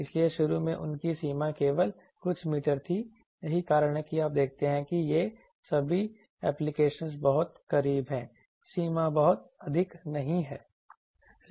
इसलिए शुरू में उनकी सीमा केवल कुछ मीटर थी यही कारण है कि आप देखते हैं कि ये सभी एप्लीकेशनस बहुत करीब हैं सीमा बहुत अधिक नहीं है